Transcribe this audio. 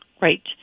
Right